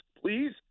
please